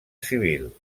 civil